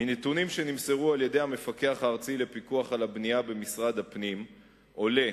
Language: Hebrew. מנתונים שנמסרו על-ידי המפקח הארצי לפיקוח על הבנייה במשרד הפנים עולה